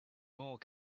more